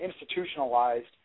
institutionalized